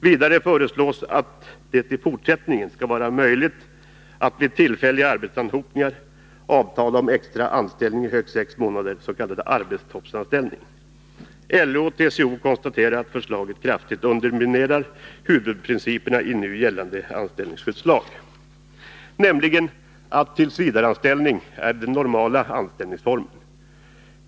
Vidare föreslås att det i fortsättningen skall vara möjligt att vid tillfälliga arbetsanhopningar avtala om extra anställning i högst sex månader, s.k. arbetstoppsanställning. LO-TCO konstaterar att förslaget kraftigt underminerar huvudprincipernai nu gällande anställningsskyddslag, nämligen att tillsvidareanställning är den normala anställningsformen.